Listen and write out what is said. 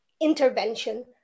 intervention